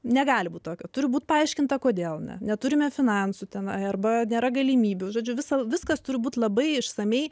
negali būti tokio turi būti paaiškinta kodėl mes neturime finansų tenai arba nėra galimybių žodžiu visa viskas turi būti labai išsamiai